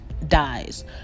Dies